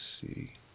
see